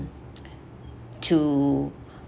to